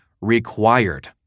required